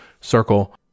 circle